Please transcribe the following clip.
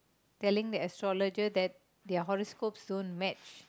telling the astrologer that their horoscope don't match